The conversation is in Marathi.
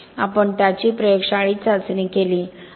आपण त्याची प्रयोगशाळेत चाचणी केली